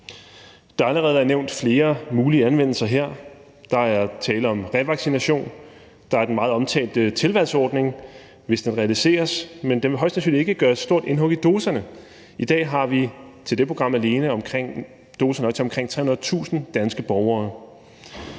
her været nævnt flere mulige anvendelser. Der er tale om revaccination; der er den meget omtalte tilvalgsordning, hvis den realiseres, men den vil højst sandsynligt ikke gøre et stort indhug i doserne. I dag har vi til det program alene doser nok til omkring 300.000 danske borgere;